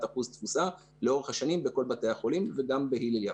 אחוז תפוסה לאורך השנים בכל בתי החולים וגם בהלל יפה.